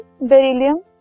beryllium